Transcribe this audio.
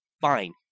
fine